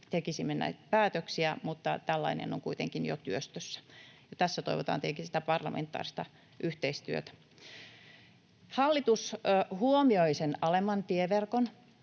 tekisimme näitä päätöksiä, mutta tällainen on kuitenkin jo työstössä. Tässä toivotaan tietenkin sitä parlamentaarista yhteistyötä. Hallitus huomioi sen alemman tieverkon,